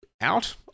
out